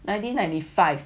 nineteen ninety five